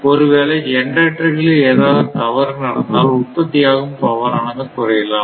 ஒருவேளை ஜெனரேட்டர் களில் ஏதாவது தவறு நடந்தால் உற்பத்தியாகும் பவர் ஆனது குறையலாம்